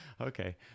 Okay